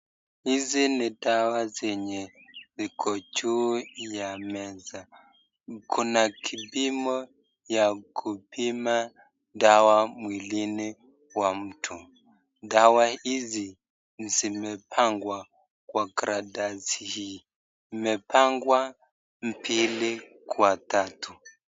Hizi ni dawa zenye ziko juu ya meza, kuna kipimo ya kupima dawa mwilini wa mtu, dawa hizi zimepangwa kwa karatasi hii, zimepangwa mbili kwa tatu.